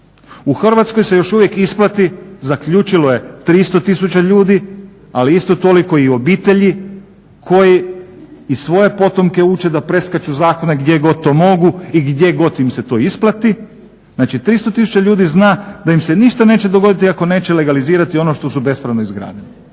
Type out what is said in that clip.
U Hrvatskoj se još uvijek isplati zaključilo je 300 tisuća ljudi ali isto toliko i obitelji koji i svoje potomke uče da preskaču zakone gdje god to mogu i gdje god im se to isplati, znači 300 tisuća ljudi zna da im se ništa neće dogoditi iako neće legalizirati ono što su bespravno izgradili.